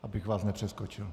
Abych vás nepřeskočil.